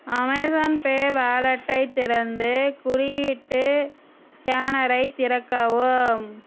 Amazon pay வாலெட்டை திறந்து குறியீட்டு ஸ்கேனரை திறக்கவும்